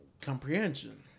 comprehension